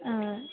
ಹಾಂ